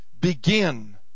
Begin